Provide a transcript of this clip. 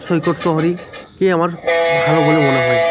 সৈকত শহরেই কে আমার ভালো বলে মনে হয়